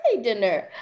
dinner